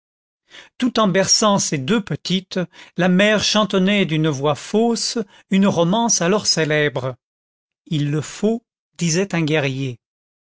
tout en berçant ses deux petites la mère chantonnait d'une voix fausse une romance alors célèbre il le faut disait un guerrier